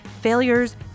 failures